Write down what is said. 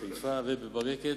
בחיפה ובברקת.